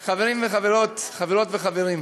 טוב, חברים וחברות, חברות וחברים,